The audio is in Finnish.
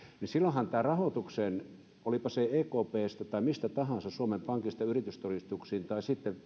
niin silloinhan tämän rahoituksen olipa se ekpstä tai mistä tahansa suomen pankista yritystodistuksiin tai sitten